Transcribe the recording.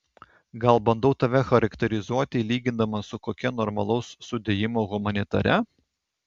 gal bandau tave charakterizuoti lygindamas su kokia normalaus sudėjimo humanitare